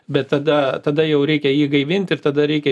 bet tada tada jau reikia jį gaivint ir tada reikia